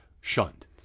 shunned